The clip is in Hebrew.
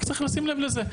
רק צריך לשים לב לזה.